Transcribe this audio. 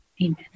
Amen